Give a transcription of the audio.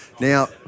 Now